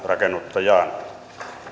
rakennuttajaan